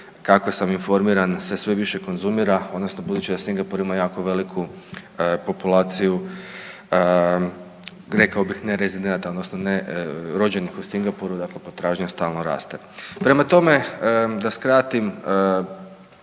kako sam informiran, se sve više konzumira, odnosno budući da Singapur ima jako veliku populaciju, kao bih nerezidenata, odnosno nerođenih u Singapuru, dakle potražnja stalno raste. Prema tome, da skratim,